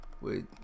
wait